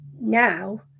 Now